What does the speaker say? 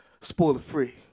spoiler-free